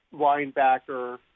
linebacker